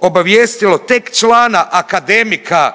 obavijestilo tek člana akademika